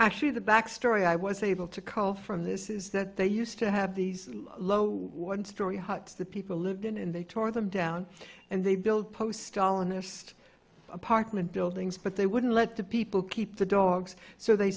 actually the backstory i was able to cull from this is that they used to have these one story huts that people lived in and they tore them down and they build post stalinist apartment buildings but they wouldn't let the people keep the dogs so they